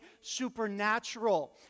supernatural